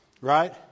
right